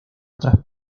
otras